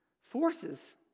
forces